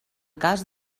cas